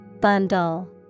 Bundle